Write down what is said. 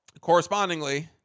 correspondingly